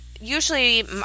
usually